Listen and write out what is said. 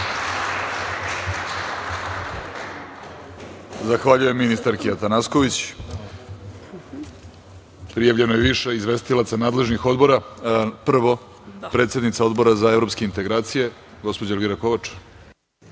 Zahvaljujem, ministarki Atanasković. Prijavljeno je više izvestilaca nadležnih odbora. Prvo, predsednica Odbora za evropske integracije, gospođa Elvira Kovač.